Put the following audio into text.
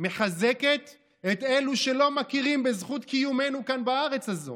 מחזקת את אלו שלא מכירים בזכות קיומנו כאן בארץ הזו